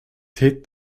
hit